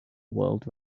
world